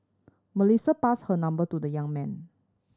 Melissa passed her number to the young man